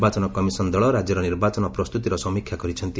ନିର୍ବାଚନ କମିଶନ ଦଳ ରାଜ୍ୟର ନିର୍ବାଚନ ପ୍ରସ୍ତୁତିର ସମୀକ୍ଷା କରିଛନ୍ତି